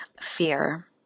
Fear